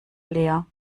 leer